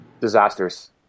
disasters